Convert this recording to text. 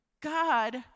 God